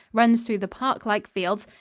runs through the parklike fields,